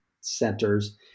centers